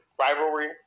rivalry